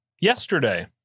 Yesterday